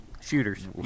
Shooters